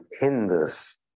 hinders